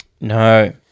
No